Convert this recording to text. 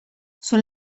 sul